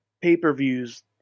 pay-per-views